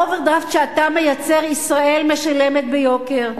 האוברדרפט שאתה מייצר ישראל משלמת ביוקר.